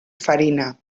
farina